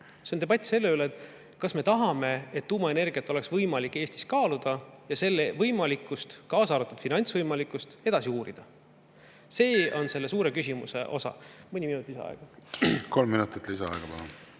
See on debatt selle üle, kas me tahame, et tuumaenergiat oleks võimalik Eestis kaaluda ja selle võimalikkust, kaasa arvatud finantsvõimalikkust, edasi uurida. See on selle suure küsimuse osa. Mõni minut lisaaega. Kolm minutit lisaaega, palun!